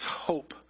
hope